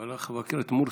הוא הולך לבקר את מורסי.